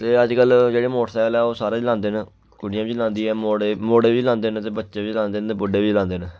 ते अज्जकल जेह्ड़े मोटरसैकल ऐ ओह् सारे चलांदे न कुड़ियां बी चलांदी ऐ मुड़े मड़े बी चलांदे न ते बच्चे बी चलांदे न ते बुड्ढे बी चलांदे न